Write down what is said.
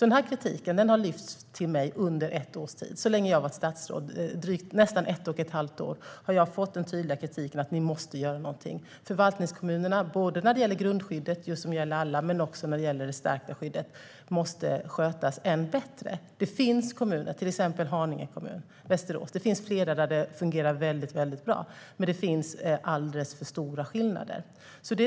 Denna kritik har påtalats mig så länge jag har varit statsråd. I nästan ett och ett halvt år har jag fått höra att vi måste göra något. Förvaltningskommunerna måste skötas ännu bättre, både vad gäller grundskyddet, som gäller alla, och det stärkta skyddet. Det finns kommuner, till exempel Haninge, Västerås med flera, där det fungerar bra, men det är alldeles för stora skillnader.